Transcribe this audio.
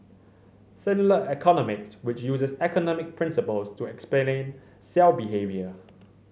cellular economics which uses economic principles to explain cell behaviour